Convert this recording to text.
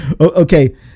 Okay